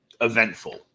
eventful